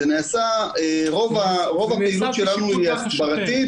רוב הפעילות שלנו היא הסברתית.